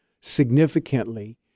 significantly